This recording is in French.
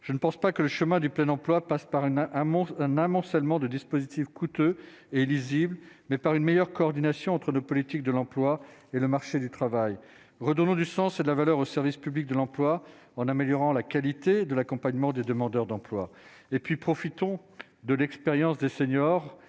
je ne pense pas que le chemin du plein emploi passe par une un un mot un amoncellement de dispositifs coûteux et lisible, mais par une meilleure coordination entre le politique de l'emploi et le marché du travail, redonnons du sens et de la valeur au service public de l'emploi en améliorant la qualité de l'accompagnement des demandeurs d'emploi et puis profitons de l'expérience des seniors,